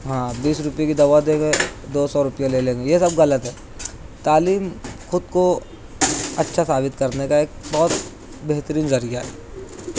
ہاں بیس روپیے کی دوا دیں گے دو سو روپیہ لے لیں گے یہ سب غلط ہے تعلیم خود کو اچھا ثابت کرنے کا ایک بہت بہترین ذریعہ ہے